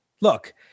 Look